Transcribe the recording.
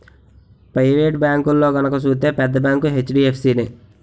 private బేంకుల్లో గనక సూత్తే పెద్ద బేంకు హెచ్.డి.ఎఫ్.సి నే